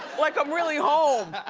like i'm really home.